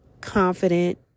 confident